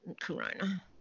Corona